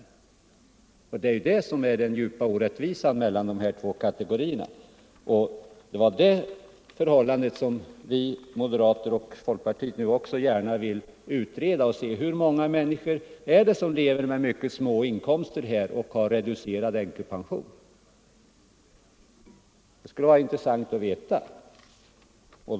Detta är den djupa orättvisan mellan dessa två kategorier. Detta förhållande vill moderaterna och nu även folkpartiet gärna utreda och se efter hur många människor som har mycket små inkomster och reducerad änkepension. Det skulle vara intressant att få veta det.